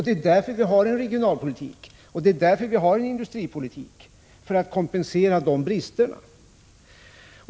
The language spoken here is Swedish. Det är därför vi har en regionalpolitik och en industripolitik, dvs. för att kompensera dessa brister.